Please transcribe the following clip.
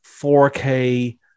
4K